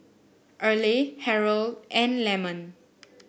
Earle Harrold and Lemon